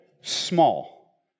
small